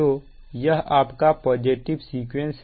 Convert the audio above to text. तो यह आपका पॉजिटिव सीक्वेंस है